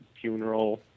funeral